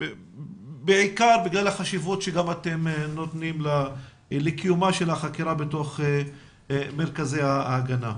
בעיקר בגלל החשיבות שגם אתם נותנים לקיומה של החקירה בתוך מרכזי ההגנה.